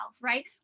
right